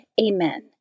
Amen